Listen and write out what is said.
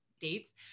dates